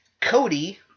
Cody